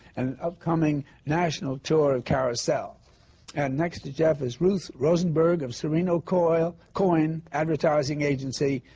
and the upcoming national tour of carousel and next to jeff is ruth rosenberg of serino coyne coyne advertising agency,